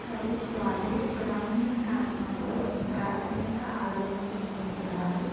ప్రభుత్వాలు గ్రామీణ ప్రాంతంలో ప్రాథమిక ఆరోగ్య కేంద్రాలు